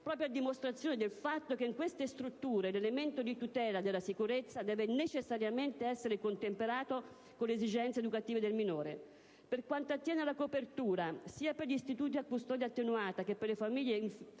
proprio a dimostrazione del fatto che in queste strutture l'elemento di tutela della sicurezza deve necessariamente essere contemperato con le esigenze educative del minore. Per quanto attiene alla copertura, sia per gli istituti a custodia attenuata che per le case famiglie, infine,